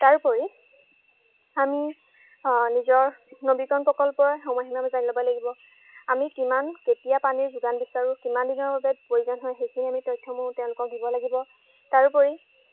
তাৰোপৰি আমি নিজৰ নবীকৰণ প্ৰকল্পৰ সময়সীমা জানি ল'ব লাগিব আমি কিমান কেতিয়া পানীৰ যোগান বিচাৰোঁ কিমান দিনৰ বাবে প্ৰয়োজন হয় সেইখিনি আমি তথ্যসমূহ তেওঁলোকক দিব লাগিব তাৰোপৰি